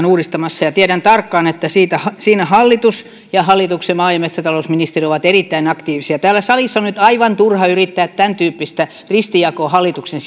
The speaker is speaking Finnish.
uudistamassa tiedän tarkkaan että siinä hallitus ja hallituksen maa ja metsätalousministeri ovat erittäin aktiivisia täällä salissa on nyt aivan turha yrittää tämäntyyppistä ristijakoa hallituksen